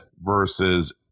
versus